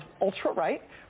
ultra-right